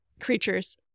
creatures